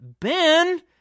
Ben